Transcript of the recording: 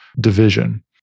division